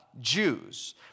Jews